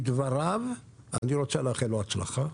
מדבריו, אני רוצה לאחל לו הצלחה.